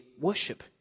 worship